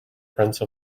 prince